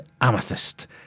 Amethyst